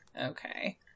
okay